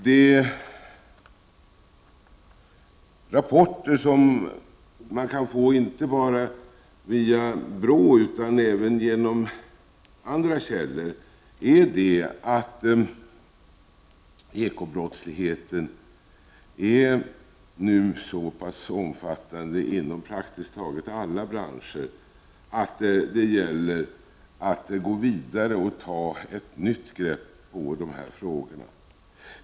De rapporter som man kan få inte bara via BRÅ utan även genom andra källor ger vid handen att ekobrottsligheten nu är så pass omfattande inom praktiskt taget alla branscher att det gäller att gå vidare och ta ett nytt grepp på de här frågorna.